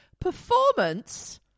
Performance